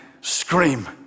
scream